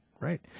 right